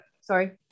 Sorry